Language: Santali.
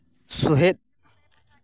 ᱥᱩᱦᱮᱫ